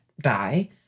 die